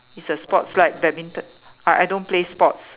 it's a sports like badminton I I don't play sports